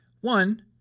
One